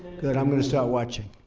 good. i'm going to start watching.